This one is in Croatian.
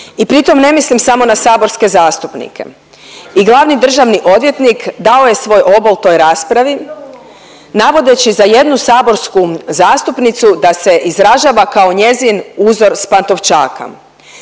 i pritom ne mislim samo na saborske zastupnike i glavni državni odvjetnik dao je svoj obol toj raspravi navodeći za jednu saborsku zastupnicu da se izražava kao njezin uzor s Pantovčaka.